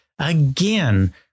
again